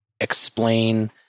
explain